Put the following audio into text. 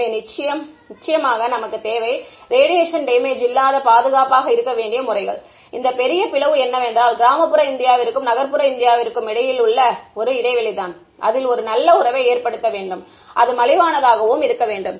எனவே நிச்சயமாக நமக்கு தேவை ரேடியேஷன் டேமேஜ் இல்லாத பாதுகாப்பாக இருக்க வேண்டிய முறைகள் இந்த பெரிய பிளவு என்னவென்றால் கிராமப்புற இந்தியாவிற்கும் நகர்ப்புற இந்தியாவிற்கும் இடையில் உள்ள ஒரு இடைவெளிதான் அதில் நல்ல ஒரு உறவை ஏற்படுத்த வேண்டும் அது மலிவானதாகவும் இருக்க வேண்டும்